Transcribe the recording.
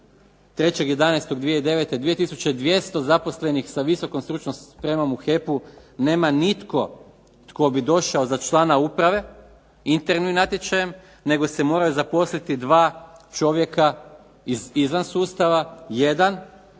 2 tisuće 200 zaposlenih sa VSS u HEP-u nema nitko tko bi došao za člana uprave, internim natječajem, nego se mora zaposliti dva čovjeka izvan sustava. Jedan